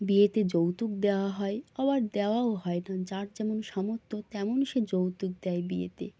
বিয়েতে যৌতুক দেওয়া হয় আবার দেওয়াও হয় না যার যেমন সামর্থ্য তেমন সে যৌতুক দেয় বিয়েতে